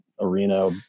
arena